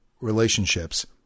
relationships